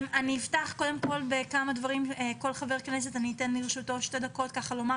ידברו בתחילה חברי הכנסת ואחר כך נשמע